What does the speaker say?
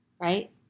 right